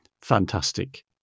fantastic